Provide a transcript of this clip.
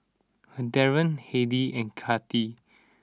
Darryn Heidy and Kathi